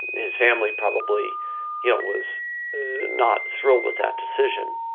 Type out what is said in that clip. his family probably you know was not thrilled with that decision.